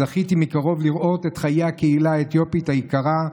זכיתי לראות מקרוב את חיי הקהילה האתיופית היקרה,